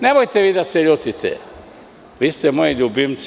Nemojte vi da se ljutite, vi ste moji ljubimci.